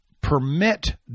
permit